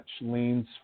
leans